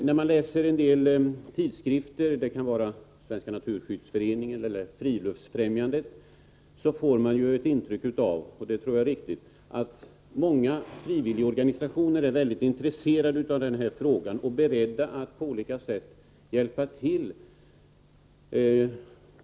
När man läser en del tidskrifter — det kan vara tidskrifter från Naturskyddsföreningen eller från Friluftsfrämjandet — får man intrycket, och det tror jag är riktigt, att många frivilligorganisationer är väldigt intresserade av saken och är beredda att på olika sätt hjälpa till.